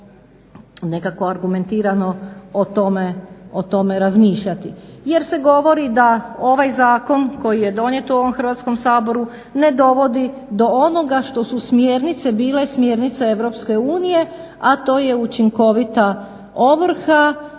nekako argumentirano o tome razmišljati. Jer se govori da je ovaj zakon koji je donijet u ovom Hrvatskom saboru ne dovodi do onoga što su smjernice bile smjernice EU a to je učinkovita ovrha